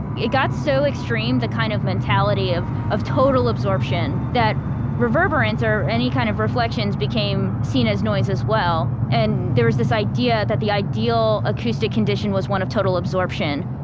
it got so extreme, the kind of mentality of of total absorption that reverberant or any kind of reflections became seen as noise as well. and there was this idea that the ideal acoustic condition was one of total absorption